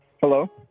Hello